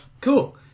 Cool